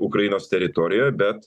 ukrainos teritorijoje bet